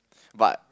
but